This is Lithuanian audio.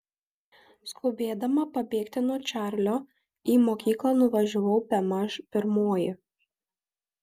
skubėdama pabėgti nuo čarlio į mokyklą nuvažiavau bemaž pirmoji